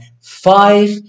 five